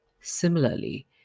Similarly